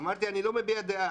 אמרתי שאני לא מביע דעה,